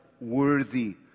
worthy